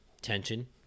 tension